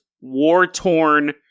war-torn